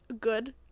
good